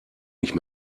nicht